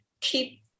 keep